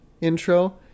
intro